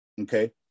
okay